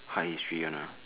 heart history ya lor